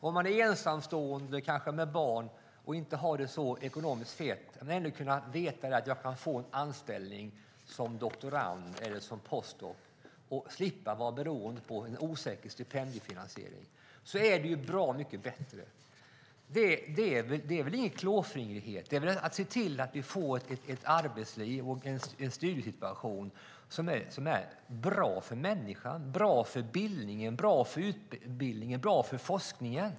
Man kanske är ensamstående med barn och har det inte så ekonomiskt fett, och då vill man kunna veta att man kan få en anställning som doktorand eller som postdoktor och slippa vara beroende av en osäker stipendiefinansiering. Det är bra mycket bättre. Det är väl ingen klåfingrighet att se till att vi får ett arbetsliv och en studiesituation som är bra för människan, bra för bildningen, bra för utbildningen och bra för forskningen.